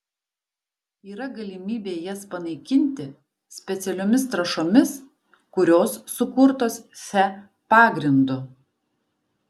yra galimybė jas panaikinti specialiomis trąšomis kurios sukurtos fe pagrindu